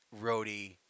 Roadie